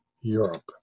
Europe